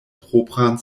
propran